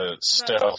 stealth